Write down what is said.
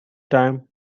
time